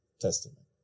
Testament